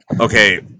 Okay